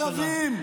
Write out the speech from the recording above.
כי זה ערבים?